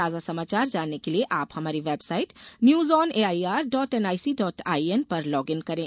ताजा समाचार जानने के लिए आप हमारी website news on A I R dot N I C dot I N पर लॉग इन करें